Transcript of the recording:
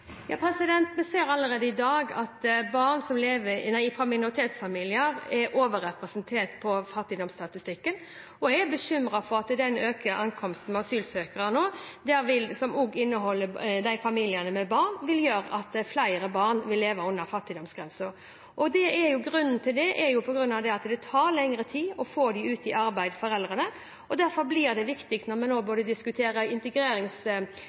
Vi ser allerede i dag at barn som lever i minoritetsfamilier, er overrepresentert på fattigdomsstatistikken, og jeg er bekymret for at den økende ankomsten av asylsøkere nå, som også er familier med barn, vil gjøre at flere barn vil leve under fattigdomsgrensen, og grunnen til det er at det tar lengre tid å få foreldrene ut i arbeid. Derfor blir noen av de viktigste tiltakene, når vi nå diskuterer